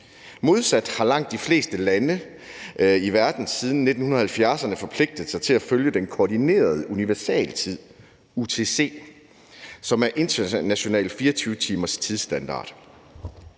Modsat har langt de fleste lande i verden siden 1970'erne forpligtet sig til at følge den koordinerede universaltid, UTC, som er en international 24-timers tidsstandard.